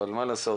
אבל מה לעשות